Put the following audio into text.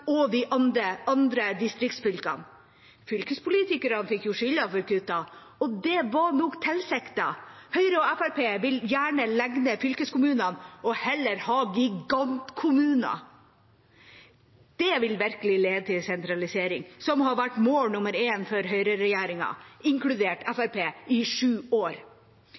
og de andre distriktsfylkene. Fylkespolitikerne fikk skylda for kuttene, og det var nok tilsiktet. Høyre og Fremskrittspartiet vil gjerne legge ned fylkeskommunene og heller ha gigantkommuner. Det vil virkelig lede til sentralisering, som har vært mål nummer én for høyreregjeringa, inkludert Fremskrittspartiet, i sju år.